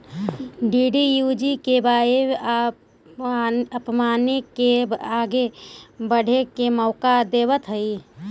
DDUGKY आपपने के आगे बढ़े के मौका देतवऽ हइ